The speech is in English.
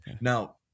Now